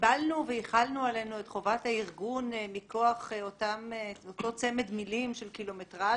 קיבלנו והחלנו עלינו את חובת הארגון מכוח אותו צמד מילים של קילומטראז',